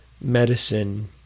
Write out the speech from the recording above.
medicine